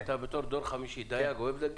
אתה בתור דור חמישי, דייג אוהב דגים?